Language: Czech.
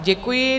Děkuji.